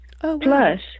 Plus